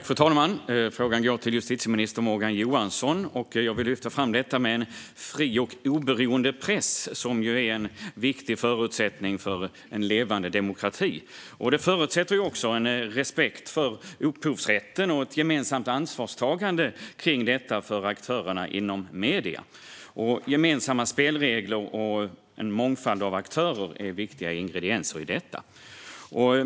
Fru talman! Min fråga går till justitieminister Morgan Johansson. Jag vill lyfta fram detta med en fri och oberoende press, som ju är en förutsättning för en levande demokrati. Det förutsätter också en respekt för upphovsrätten och ett gemensamt ansvarstagande när det gäller detta för aktörerna inom medierna. Gemensamma spelregler och en mångfald av aktörer är viktiga ingredienser i detta.